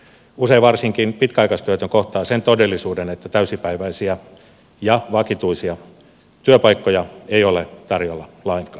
usein varsinkin pitkäaikaistyötön kohtaa sen todellisuuden että täysipäiväisiä ja vakituisia työpaikkoja ei ole tarjolla lainkaan